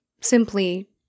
simply